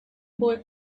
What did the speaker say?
boy